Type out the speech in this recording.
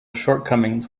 shortcomings